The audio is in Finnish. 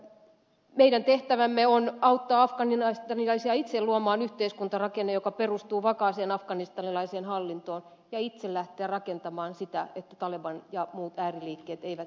meidän tehtävämme on auttaa afganistanilaisia itse luomaan yhteiskuntarakenne joka perustuu vakaaseen afganistanilaiseen hallintoon ja itse lähteä rakentamaan sitä että taleban ja muut ääriliikkeet eivät enää hyökkää